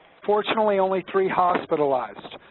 fortunately, only three hospitalized.